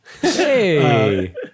Hey